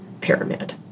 pyramid